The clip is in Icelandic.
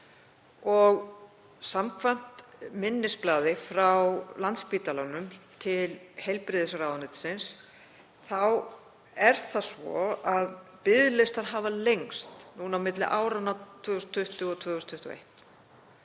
og samkvæmt minnisblaði frá Landspítalanum til heilbrigðisráðuneytisins þá er það svo að biðlistar hafa lengst á milli áranna 2020–2021.